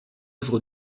œuvre